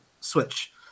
switch